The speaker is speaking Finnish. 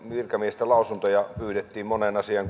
virkamiesten lausuntoja pyydettiin moneen asiaan